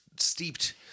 Steeped